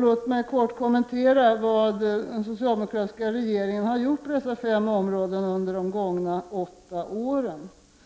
Låt mig kort kommentera vad den socialdemokratiska regeringen har gjort på dessa fem områden under de gångna åtta åren.